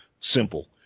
simple